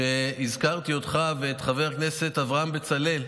הזכרתי אותך ואת חבר הכנסת אברהם בצלאל,